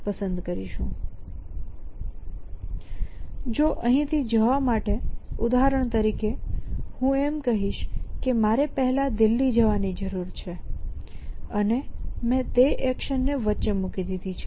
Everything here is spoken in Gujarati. જો અહીંથી અહીં જવા માટે ઉદાહરણ તરીકે હું એમ કહીશ કે મારે પહેલા દિલ્હી જવાની જરુર છે અને મેં તે એક્શનને વચ્ચે મૂકી દીધી છે